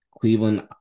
Cleveland